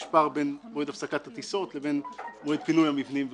יש פער בין מועד הפסקת הטיסות לבין מועד פינוי המבנים וכו'.